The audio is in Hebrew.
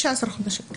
15 חודשים.